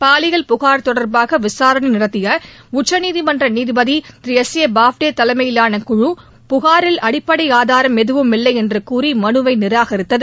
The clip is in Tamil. பாலியல் புகா் தொடர்பாக விசாரணை நடத்திய உச்சநீதிமன்ற நீதிபதி திரு எஸ் ஏ பாப்டே தலைமையிலான குழு புகாரில் அடிப்படை ஆதாரம் எதுவும் இல்லை என்று கூறி மனுவை நிராகரித்தது